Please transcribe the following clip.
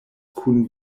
kun